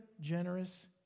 generous